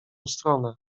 stronę